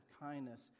kindness